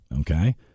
Okay